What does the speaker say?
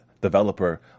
developer